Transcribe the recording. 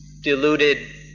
deluded